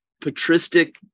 patristic